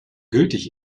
gültig